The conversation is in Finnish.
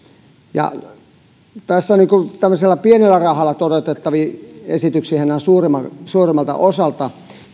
ja tämmöisellä pienellä rahalla toteutettavia esityksiähän nämä ovat suurimmalta osalta